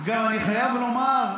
גם, אני חייב לומר,